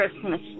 Christmas